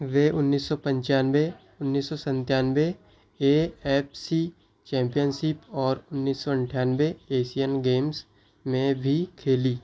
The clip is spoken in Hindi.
वे उन्नीस सौ पंचानवे उन्नीस सौ संत्यानवे ए एफ़ सी चैम्पियनसिप और उन्नीस सौ अठानवे एसियन गेम्स में भी खेली